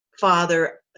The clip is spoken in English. father